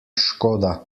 škoda